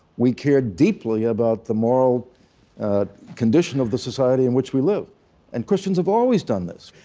we care deeply about the moral condition of the society in which we live and christians have always done this.